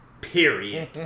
period